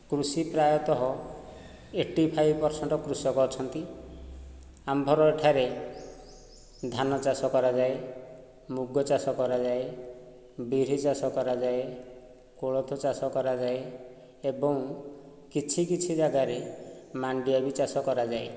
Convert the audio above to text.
କୃଷି ପ୍ରାୟତଃ ଏଇଟି ଫାଇପ୍ ପରସେଣ୍ଟର କୃଷକ ଅଛନ୍ତି ଆମ୍ଭର ଏଠାରେ ଧାନ ଚାଷ କରାଯାଏ ମୁଗ ଚାଷ କରାଯାଏ ବିରି ଚାଷ କରାଯାଏ କୋଳଥ ଚାଷ କରାଯାଏ ଏବଂ କିଛି କିଛି ଜାଗାରେ ମାଣ୍ଡିଆ ବି ଚାଷ କରାଯାଏ